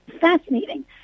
fascinating